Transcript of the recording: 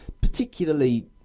particularly